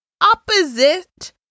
opposite